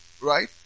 right